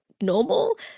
normal